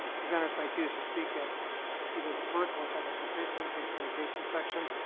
presenters may choose to speak at either the first or second petitions and communications section,